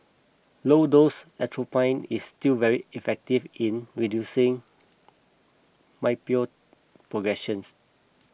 low dose atropine is still very effective in reducing myopia progressions